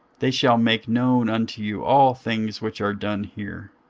they shall make known unto you all things which are done here.